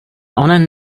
onen